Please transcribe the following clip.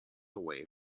away